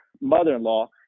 mother-in-law